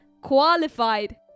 qualified